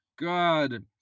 god